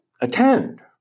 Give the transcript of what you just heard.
attend